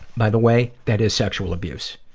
by the way, that is sexual abuse.